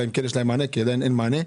אלא אם כן יש להם מענה כי עדיין אין מענה.